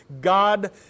God